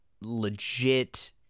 legit